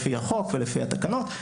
לפי החוק ולפי התקנות,